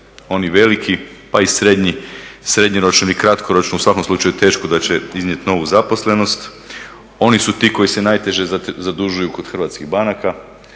oni veliki pa i srednji …, u svakom slučaju teško da će iznijeti novu zaposlenost. Oni su ti koji se najteže zadužuju kod hrvatskih banaka,